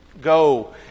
go